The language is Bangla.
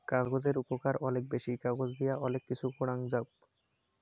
কাগজের উপকার অলেক বেশি, কাগজ দিয়া অলেক কিছু করাং যাওক